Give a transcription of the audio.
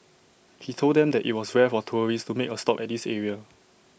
he told them that IT was rare for tourists to make A stop at this area